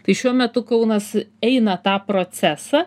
tai šiuo metu kaunas eina tą procesą